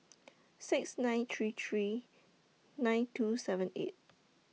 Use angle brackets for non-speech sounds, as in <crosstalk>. <noise> six nine three three nine two seven eight